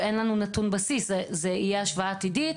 אין לנו נתון בסיס; זו תהיה השוואה עתידית